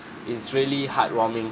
it's really heart-warming